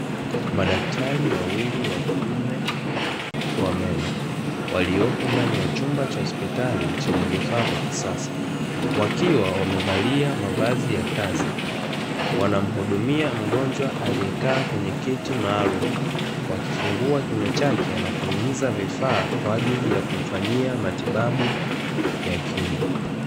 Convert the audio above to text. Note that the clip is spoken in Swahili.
Madaktari wawili wa kiume wa meno waliopo ndani ya chumba cha hospitali chenye vifaa vya kisasa, wakiwa wamevaa mavazi ya kazi, wanamhudumia mgonjwa aliyekaa kwenye kiti maalum, wakifungua kinywa chake na kuingiza vifaa kwa ajili ya kumfanyia matibabu ya kinywa.